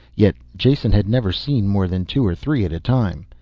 yet jason had never seen more than two or three at a time.